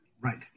Right